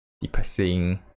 depressing